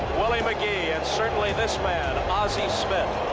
willie mcgee, and, certainly, this man, ozzie smith.